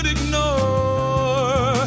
Ignore